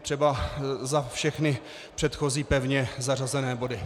Třeba za všechny předchozí pevně zařazené body.